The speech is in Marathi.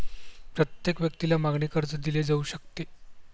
प्रत्येक व्यक्तीला मागणी कर्ज दिले जाऊ शकते